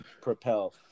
propel